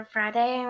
Friday